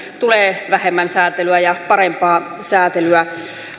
tulee vähemmän säätelyä ja parempaa säätelyä